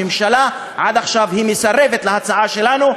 הממשלה עד עכשיו מסרבת להצעה שלנו,